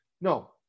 No